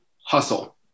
hustle